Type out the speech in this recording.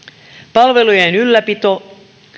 palvelujen ylläpito